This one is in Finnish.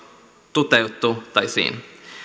toteutettaisiin